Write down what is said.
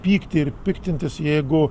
pykti ir piktintis jeigu